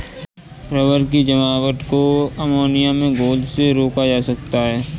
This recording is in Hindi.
रबर की जमावट को अमोनिया के घोल से रोका जा सकता है